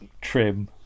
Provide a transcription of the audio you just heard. trim